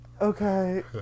okay